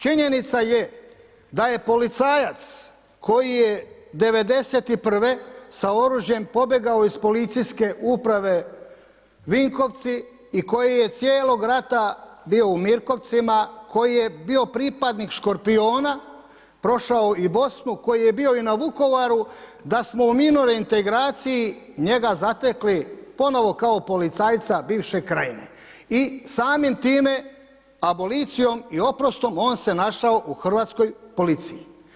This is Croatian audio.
Činjenica je da je policajac koji je 91. sa oružjem pobjegao iz Policijske uprave Vinkovci i koji je cijelog rata bio u Mirkovcima, koji je bio pripadnik Škorpiona prošao i Bosnu, koji je bio i na Vukovaru da smo u mirnoj reintegraciji njega zatekli ponovo kao policajca bivše krajine i samim time abolicijom i oprostom on se našao u hrvatskoj policiji.